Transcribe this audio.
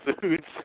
foods